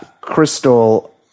Crystal